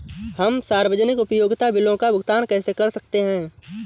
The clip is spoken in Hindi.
हम सार्वजनिक उपयोगिता बिलों का भुगतान कैसे कर सकते हैं?